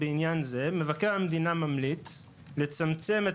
בעניין זה מבקר המדינה ממליץ לצמצם את